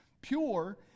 Pure